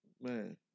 Man